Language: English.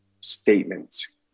statements